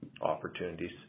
opportunities